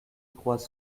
croient